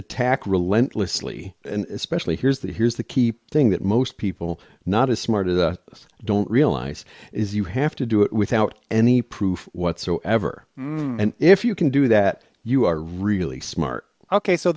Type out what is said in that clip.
attack relentlessly and especially here's the here's the key thing that most people not as smart as don't realize is you have to do it without any proof whatsoever and if you can do that you are really smart ok so